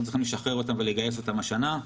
צריכים לשחרר אותם ולגייס אותם השנה.